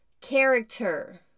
Character